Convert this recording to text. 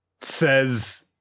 says